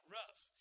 rough